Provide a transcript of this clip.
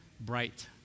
bright